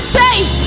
safe